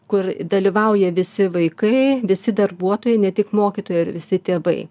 kur dalyvauja visi vaikai visi darbuotojai ne tik mokytojai ir visi tėvai